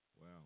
wow